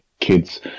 kids